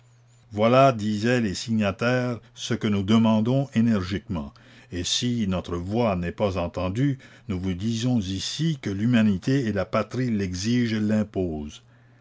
voilà disaient les signataires ce que nous demandons énergiquement et si notre voix n'est pas entendue nous vous disons ici que l'humanité et la patrie l'exigent